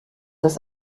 das